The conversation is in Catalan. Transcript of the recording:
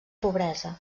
pobresa